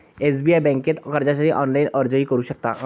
SBI बँकेत कर्जासाठी online अर्जही करू शकता